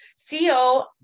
CEO